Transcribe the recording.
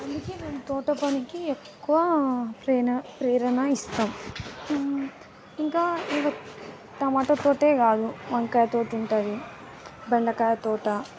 అందుకే మేము తోట పనికి ఎక్కువ ప్రేన ప్రేరణ ఇస్తాము ఇంకా ఇవి టమాటా తోటే కాదు వంకాయ తోట ఉంటుంది బెండకాయ తోట